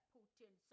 Putin